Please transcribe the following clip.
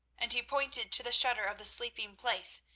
and he pointed to the shutter of the sleeping-place,